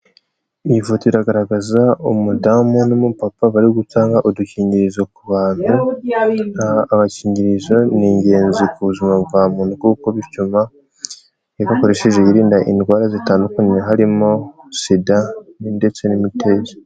Iyi foto iragaragaza umudamu n'umupapa bari gutanga udukingirizo ku bantu. Agakingirizo ni ingenzi ku buzima bwa muntu kuko bituma iyo ugakoresheje yirinda indwara zitandukanye harimo SIDA ndetse n'imitezi.